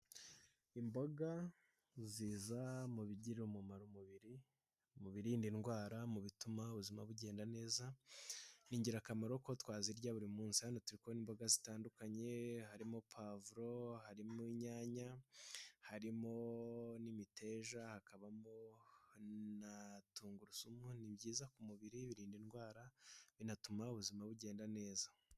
Imboga ziza mu bigirira umumaro umubiri, mu birinda indwara, mu bituma ubuzima bugenda neza, ni ingirakamaro ko twazirya buri munsi. Hano turi kubonamo imboga zitandukanye, harimo pavulo, harimo inyanya, harimo n'imiteja, hakabamo tungurusumu. Ni byiza ku mubiri, birinda indwara, binatuma ubuzima bugenda neza.